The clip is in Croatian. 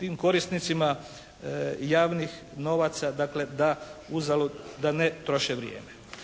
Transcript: tim korisnicima javnih novaca dakle da uzalud, da ne troše vrijeme.